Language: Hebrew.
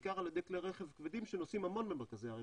בעיקר על ידי כלי רכב כבדים שנוסעים המון במרכזי הערים,